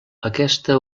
aquesta